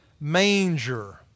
Manger